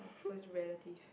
so is relative